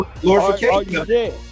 glorification